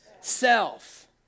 Self